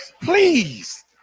Please